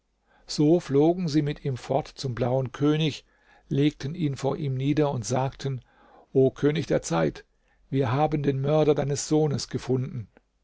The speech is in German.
so flogen sie mit ihm fort zum blauen könig legten ihn vor ihm nieder und sagten o könig der zeit wir haben den mörder deines sohnes gefundener